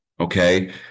Okay